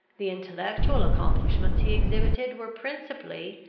the intellectual accomplishments he exhibited were, principally,